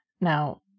Now